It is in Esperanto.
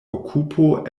okupo